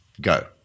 go